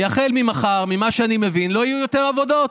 החל ממחר, ממה שאני מבין, לא יהיו יותר עבודות,